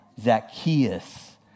Zacchaeus